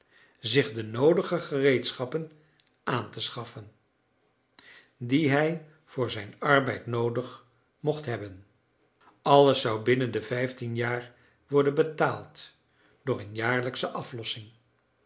zich de noodige gereedschappen aan te schaffen die hij voor zijn arbeid noodig mocht hebben alles zou binnen de vijftien jaar worden betaald door een jaarlijksche aflossing